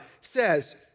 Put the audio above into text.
says